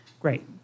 great